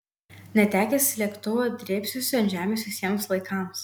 netekęs lėktuvo drėbsiuosi ant žemės visiems laikams